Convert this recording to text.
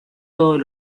todos